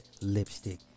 lipstick